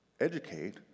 educate